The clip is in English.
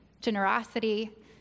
generosity